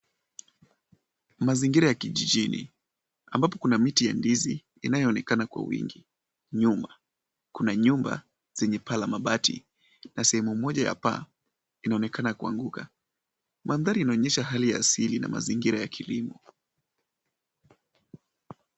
Mazingira ya kijijini ambapo kuna miti ya ndizi inayoonekana kwa wingi nyuma. Kuna nyumba zenye paa la mabati na sehemu moja ya paa inaonekana kuanguka. Mandhari inaonyesha hali ya asili na mazingira ya kilimo.